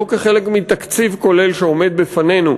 לא כחלק מתקציב כולל שעומד בפנינו,